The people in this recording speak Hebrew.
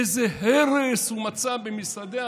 איזה הרס הוא מצא במשרדי הממשלה.